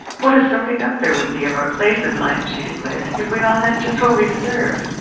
what a sorting up there would be of our places in life, she declared, if we all had just what we deserved.